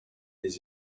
des